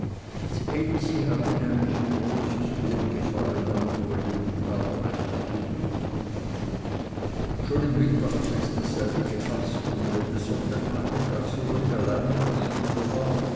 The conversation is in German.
hatte nämlich großes wohlgefallen an uli und tat recht dumm mit ihm schon im winter hatte es dasselbe gefaßt und wenn des sonntags nachmittags uli allein in der stube war